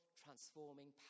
transforming